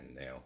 now